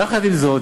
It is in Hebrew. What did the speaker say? יחד עם זאת,